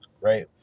right